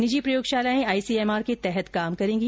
निजी प्रयोगशालाएं आईसीएमआर के तहत काम करेगी